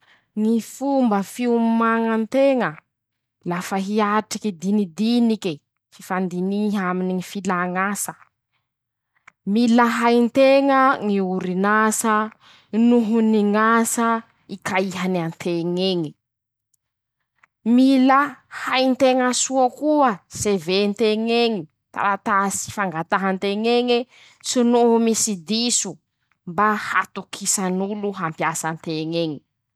Ñy fomba fiomaña nteña lafa hiatriky dinidinike, fifandiniha aminy ñy filàñ'asa: -Mila hay nteña ñ'orin'asa noho ny ñ'asa hikaihany anteñ'eñy. -Mila hay nteña soa koa sevé nteñ'eñy, taratasy fangataha nteñ'eñe tso noho misy diso, mba hatokisan'olo hampiasa anteñ'eñy.